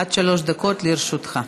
עד שלוש דקות לרשותך.